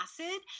acid